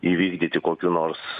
įvykdyti kokių nors